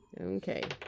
Okay